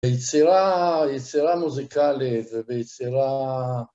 ביצירה מוזיקלית וביצירה...